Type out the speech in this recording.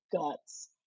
guts